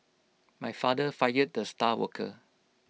my father fired the star worker